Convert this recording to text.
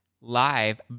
live